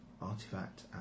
artifact